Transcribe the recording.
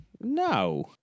No